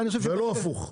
לא להפך.